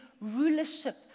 rulership